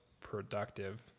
productive